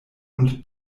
und